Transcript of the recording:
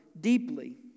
deeply